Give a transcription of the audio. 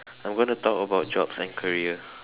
I'm going to talk about jobs and career